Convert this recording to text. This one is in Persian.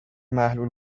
محلول